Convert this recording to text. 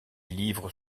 livres